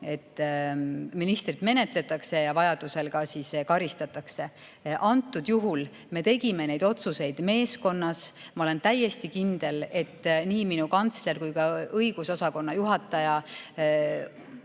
ja ministrit vajadusel ka karistatakse. Antud juhul me tegime neid otsuseid meeskonnas. Ma olen täiesti kindel, et nii minu kantsler kui ka õigusosakonna juhataja